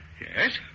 Yes